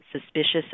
suspicious